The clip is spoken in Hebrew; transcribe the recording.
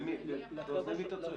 למי אמרת?